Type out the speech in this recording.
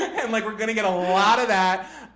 and like we're going to get a lot of that.